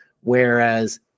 Whereas